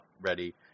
ready